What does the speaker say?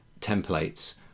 templates